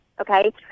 okay